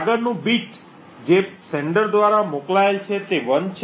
આગળનું બીટ જે પ્રેષક દ્વારા મોકલાયેલ છે તે 1 છે